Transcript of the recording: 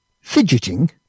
fidgeting